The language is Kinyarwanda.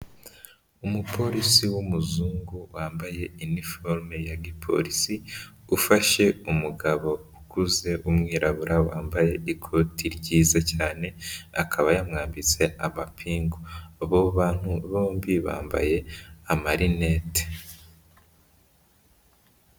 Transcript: Umupolisi w'umuzungu wambaye iniforume ya gipolisi, ufashe umugabo ukuze w'umwirabura wambaye ikoti ryiza cyane, akaba yamwambitse amapingu, abo bantu bombi bambaye amarinete.